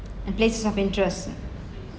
and places of interest